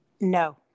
No